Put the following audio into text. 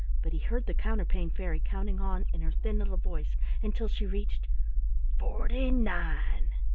but he heard the counterpane fairy counting on in her thin little voice until she reached forty-nine.